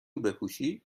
بپوشی